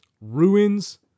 ruins